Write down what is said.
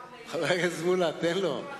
לשאול איפה השרים יושבים בדיוק,